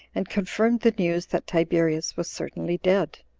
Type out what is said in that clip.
and confirmed the news that tiberius was certainly dead